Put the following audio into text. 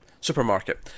supermarket